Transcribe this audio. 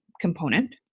component